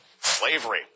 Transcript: slavery